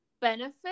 benefit